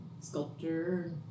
sculptor